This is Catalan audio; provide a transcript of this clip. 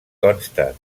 consta